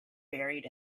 buried